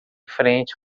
frente